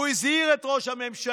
הוא הזהיר את ראש הממשלה.